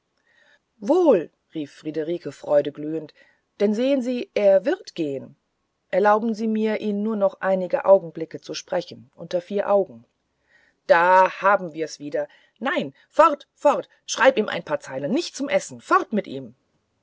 wohl rief friederike freudeglühend denn sehen sie er wird gehen erlauben sie mir ihn nur noch einige augenblicke zu sprechen unter vier augen da haben wir's wieder nein fort fort schreib ihm ein paar zeilen nicht zum essen fort mit ihm